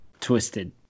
Twisted